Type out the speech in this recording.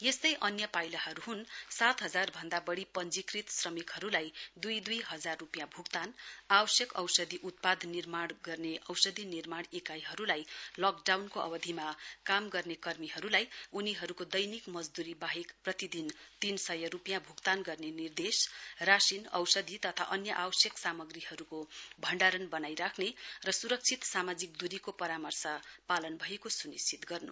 यस्तै अन्य पाइलाहरू हुन् सात हजार भन्दा बढी पञ्जीकृत श्रमिक हरूलाई द्ई दुई हजार रूपियाँ भ्क्तान आवश्यक औषधि उत्पाद गर्ने औषधि निर्माण इकाईहरूलाई लक डाउनको अवधिमा काम गर्ने कर्मीहरूलाई उनीहरूको दैनिक मजद्रू बाहेक प्रति दिन तीन सय रूपियां भ्क्तान गर्ने निर्देश राशिन औषधि तथा अन्य आवश्यक सामाग्रीहरूको भण्डारण बनाई राख्ने र स्रक्षित सामाजिक दुरीको परामर्श पालन भएको सुनिश्चित गर्नु